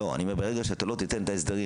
אני אומר שברגע שאתה לא תיתן את ההסדרים